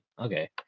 okay